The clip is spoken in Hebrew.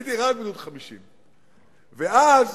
הייתי רק בגדוד 50. ואז